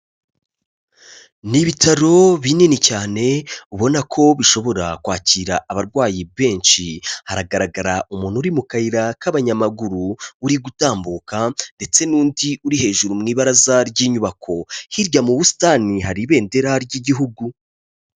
Ni ibitaro binini cyane ubona ko bishobora kwakira abarwayi benshi, haragaragara umuntu uri mu kayira k'abanyamaguru uri gutambuka ndetse n'undi uri hejuru mu ibaraza ry'inyubako, hirya mu busitani hari ibendera ry'Igihugu.